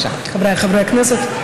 חבריי חברי הכנסת,